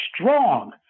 strong